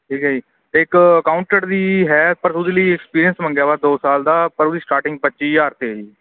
ਠੀਕ ਐ ਜੀ ਤੇ ਇੱਕ ਅਕਾਊਂਟਡ ਦੀ ਹੈ ਪਰ ਊਜਲੀ ਐਕਸਪੀਰੀਅੰਸ ਮੰਗਿਆ ਵਾ ਦੋ ਸਾਲ ਦਾ ਪਰ ਉਹਦੀ ਸਟਾਰਟਿੰਗ ਪੱਚੀ ਹਜ਼ਾਰ ਤੇ ਜੀ